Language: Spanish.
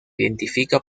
identifica